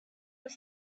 was